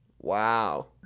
Wow